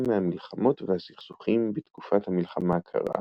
מהמלחמות והסכסוכים בתקופת המלחמה הקרה,